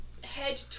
head